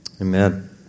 Amen